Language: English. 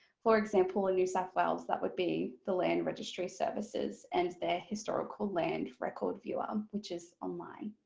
for example in new south wales that would be the land registry services and their historical land record viewer um which is online.